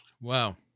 Wow